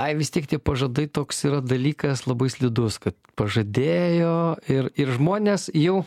ai vis tiek tie pažadai toks yra dalykas labai slidus kad pažadėjo ir ir žmonės jau